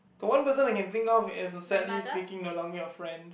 the one person I can think of is sadly speaking no longer your friend